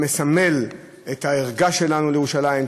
שמסמל את הערגה שלנו לירושלים,